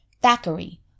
Thackeray